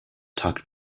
tucked